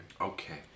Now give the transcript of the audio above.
Okay